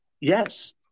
yes